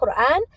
Quran